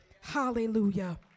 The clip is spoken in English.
hallelujah